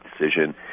decision